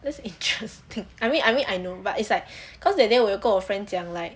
that's interesting I mean I mean I know but it's like cause that day 我有跟我的 friend 讲 like